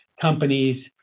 companies